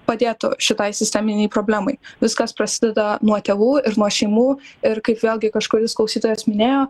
padėtų šitai sisteminei problemai viskas prasideda nuo tėvų ir nuo šeimų ir kaip vėlgi kažkuris klausytojas minėjo